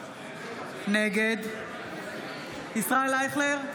נגד ישראל אייכלר,